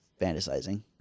fantasizing